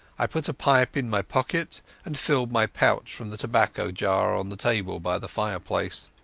i put a pipe in my pocket and filled my pouch from the tobacco jar on the table by the fireplace.